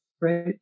right